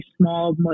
small